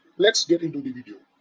let's get into the video